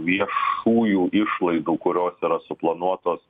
viešųjų išlaidų kurios yra suplanuotos